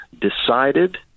decided